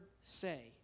say